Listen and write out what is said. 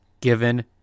given